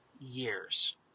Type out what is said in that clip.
years